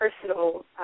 personal